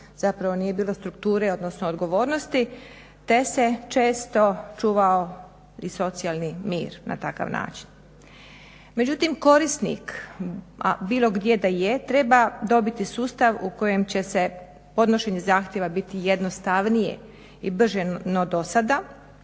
Zapravo nije bilo strukture odnosno odgovornosti te se često čuvao i socijalni mir na takav način. Međutim korisnik a bilo gdje da je treba dobiti sustav u kojem će se podnošenje zahtjeva biti jednostavnije i brže no dosada